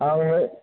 आंनो